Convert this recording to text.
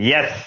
Yes